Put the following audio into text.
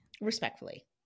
respectfully